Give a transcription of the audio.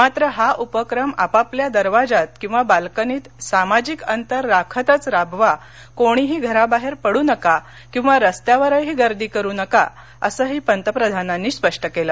मात्र हा उपक्रम आपापल्या दरवाजात किंवा बाल्कनीत सामाजिक अंतर राखतच राबवा कोणीही घराबाहेर पडू नका किंवा रस्त्यांवर गर्दी करू नका असंही पंतप्रधानांनी स्पष्ट केलं